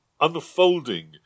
unfolding